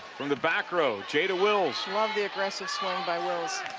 from the back row, jada wills. love the aggressive swing by wills